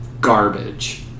garbage